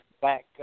back